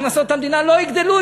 הכנסות המדינה לא יגדלו,